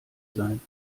sein